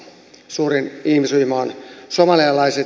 suurin ihmisryhmä on somalialaiset